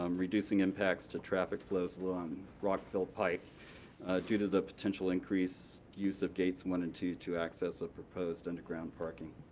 um reducing impacts to traffic flows along rockville pike due to the potential increase, use of gates one and two to access a proposed underground parking.